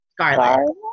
Scarlet